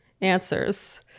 answers